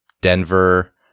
Denver